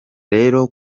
rero